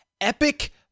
epic